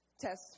test